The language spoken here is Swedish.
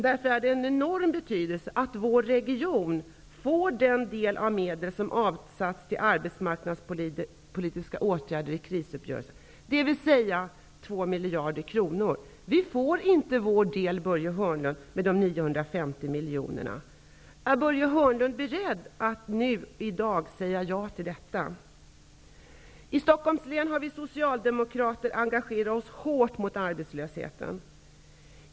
Det är av enorm betydelse att vår region får den del av medlen som avsatts till arbetsmarknadspolitiska åtgärder i krisuppgörelsen, dvs. 2 miljarder kronor. Vi får inte vår del, Börje Hörnlund, med de 950 miljonerna. Är Börje Hörnlund beredd att nu, i dag, säga ja till detta? I Stockholms län har vi socialdemokrater hårt engagerat oss mot arbetslösheten.